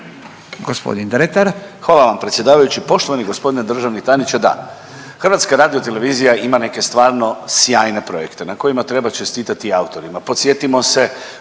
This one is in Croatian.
Hvala vam predsjedavajući. Poštovani gospodine državni tajniče, da, HRT ima neke stvarno sjajne projekte ne kojima treba čestitati autorima.